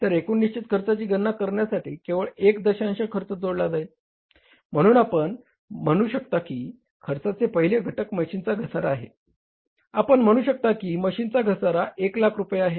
तर एकूण निश्चित खर्चाची गणना करण्यासाठी केवळ एक दशांश खर्च जोडला जाईल म्हणून आपण म्हणू शकता की खर्चाचे पहिले घटक मशीनचा घसारा आहे आपण म्हणू शकता की मशीनचा घसारा 10000 रुपये आहे